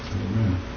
Amen